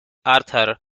arthur